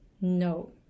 no